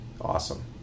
awesome